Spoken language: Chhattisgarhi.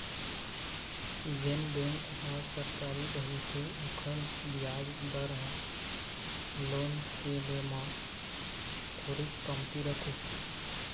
जेन बेंक ह सरकारी रहिथे ओखर बियाज दर ह लोन के ले म थोरीक कमती रथे